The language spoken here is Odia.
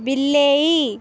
ବିଲେଇ